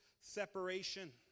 separation